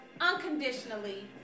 unconditionally